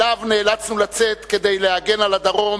שאליו נאלצנו לצאת כדי להגן על הדרום